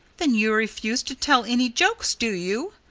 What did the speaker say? then you refuse to tell any jokes, do you?